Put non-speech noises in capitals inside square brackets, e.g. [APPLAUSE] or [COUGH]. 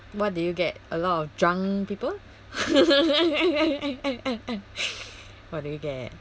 what did you get a lot of drunk people [LAUGHS] what do you get